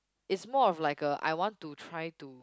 is more of like a i want to try to